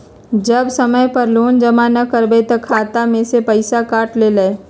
जब समय पर लोन जमा न करवई तब खाता में से पईसा काट लेहई?